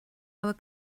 our